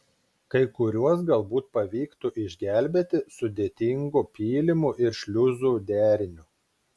kai kuriuos galbūt pavyktų išgelbėti sudėtingu pylimų ir šliuzų deriniu